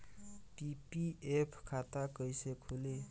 PPF खाता कैसे खुली?